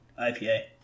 IPA